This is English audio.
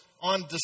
on